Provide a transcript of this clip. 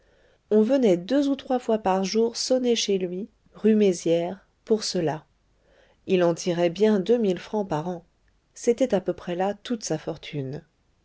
on venait deux ou trois fois par jour sonner chez lui rue mézières pour cela il en tirait bien deux mille francs par an c'était à peu près là toute sa fortune